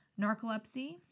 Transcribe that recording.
Narcolepsy